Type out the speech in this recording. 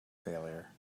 failure